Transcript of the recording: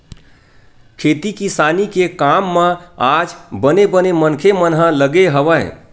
खेती किसानी के काम म आज बने बने मनखे मन ह लगे हवय